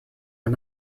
are